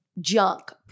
junk